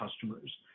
customers